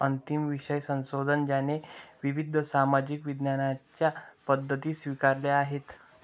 अंतिम विषय संशोधन ज्याने विविध सामाजिक विज्ञानांच्या पद्धती स्वीकारल्या आहेत